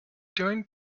doing